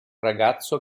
ragazzo